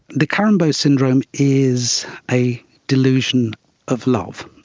de clerambault's syndrome is a delusion of love.